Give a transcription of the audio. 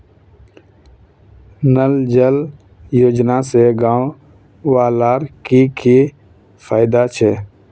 नल जल योजना से गाँव वालार की की फायदा छे?